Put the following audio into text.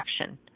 action